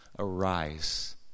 Arise